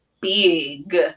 big